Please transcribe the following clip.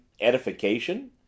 edification